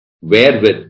wherewith